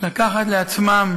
לקחת לעצמם